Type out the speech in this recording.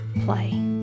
play